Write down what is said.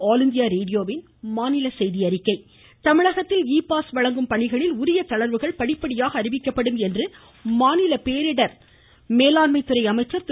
உதயகுமாா் தமிழகத்தில் e pass வழங்கும் பணிகளில் உரிய தளர்வுகள் படிப்படியாக அறிவிக்கப்படும் என்று மாநில வருவாய் பேரிடர் மேலாண்மை துறை அமைச்சர் திரு